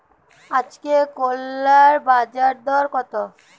আজকে করলার বাজারদর কত?